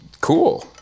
cool